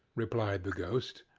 replied the ghost,